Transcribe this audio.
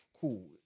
cool